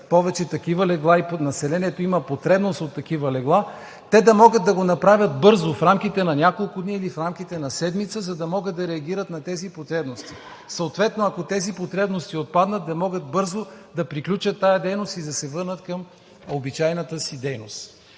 повече такива легла и населението има потребност от такива легла, те да могат да го направят бързо, в рамките на няколко дни или в рамките на седмица, за да могат да реагират на тези потребности, съответно, ако тези потребности отпаднат, да могат бързо да приключат тази дейност и да се върнат към обичайната си дейност.